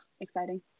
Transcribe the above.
Exciting